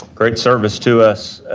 great service to us.